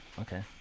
Okay